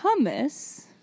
hummus